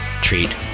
treat